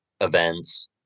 events